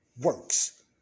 Works